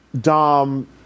dom